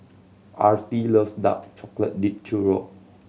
Artie loves dark chocolate dipped churro